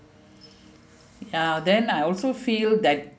ah then I also feel that